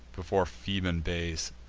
before phoebean bays.